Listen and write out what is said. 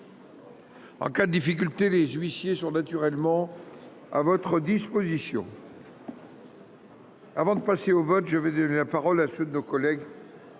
En cas de difficulté, les huissiers sont à votre disposition. Avant de passer au vote, je vais donner la parole à ceux de nos collègues